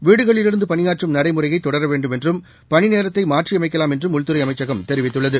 வீடுகளிலிருந்து பணியாற்றும் நடைமுறையைத் தொடர வேண்டும் என்றும் பணி நேரத்தை மாற்றியமைக்கலாம் என்றும் உள்துறை அமைச்சகம் தெரிவித்துள்ளது